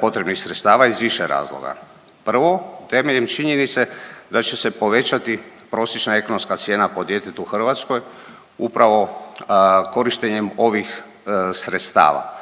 potrebnih sredstava iz više razloga. Prvi temeljem činjenice da će se povećati prosječna ekonomska cijena po djetetu u Hrvatskoj upravo korištenjem ovih sredstava.